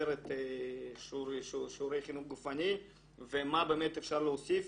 את שיעורי חינוך גופני ומה באמת אפשר להוסיף.